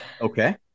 Okay